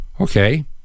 Okay